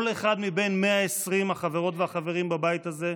כל אחד מבין 120 החברות והחברים בבית הזה,